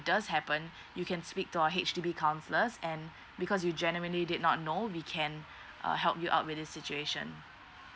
does happen you can speak to our H_D_B counsellors and because you generally did not know we can uh help you out with this situation